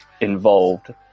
involved